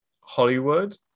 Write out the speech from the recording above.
Hollywood